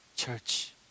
Church